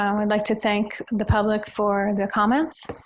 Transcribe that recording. i would like to thank the public for their comments.